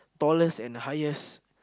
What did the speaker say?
tallest and the highest